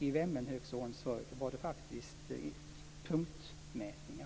I Vemmenhögsån var det faktiskt fråga om punktmätningar.